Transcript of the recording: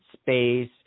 space